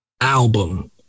album